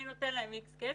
אני נותן להם איקס כסף,